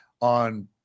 On